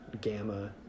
gamma